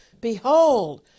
Behold